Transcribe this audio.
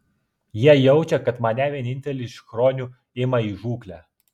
jie jaučia kad mane vienintelį iš chronių ima į žūklę